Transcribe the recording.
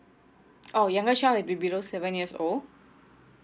oh ya make sure will be below seven years old